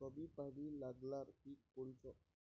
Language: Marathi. कमी पानी लागनारं पिक कोनचं?